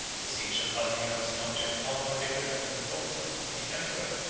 the siege of palmyra was an object far more difficult and important, and the emperor,